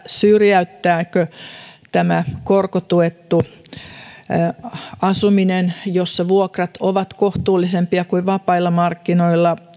syrjäyttääkö tämä korkotuettu asuminen jossa vuokrat ovat kohtuullisempia kuin vapailla markkinoilla